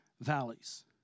valleys